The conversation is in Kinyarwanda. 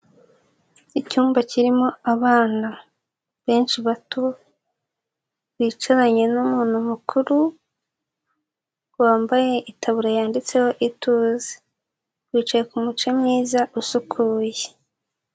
Icyumba kirimo abana, benshi bato, bicaranye n'umuntu mukuru, wambaye itaburiya yanditseho ituze, bicaye ku muce mwiza usukuye.